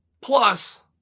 plus